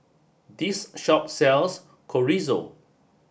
this shop sells Chorizo